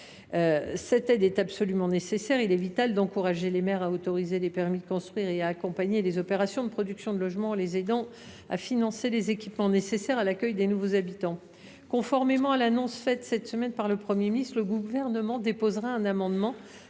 Cette aide est absolument nécessaire. Il est vital d’encourager les maires à autoriser les permis de construire et à accompagner les opérations de production de logements, en les aidant à financer les équipements nécessaires à l’accueil de nouveaux habitants. Conformément à l’annonce faite cette semaine par le Premier ministre, le Gouvernement déposera un amendement